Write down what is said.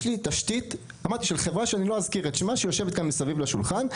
חברה שיושבת כאן מסביב לשולחן,